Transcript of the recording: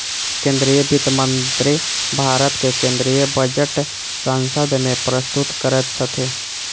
केंद्रीय वित्त मंत्री भारत के केंद्रीय बजट संसद में प्रस्तुत करैत छथि